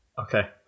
Okay